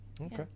Okay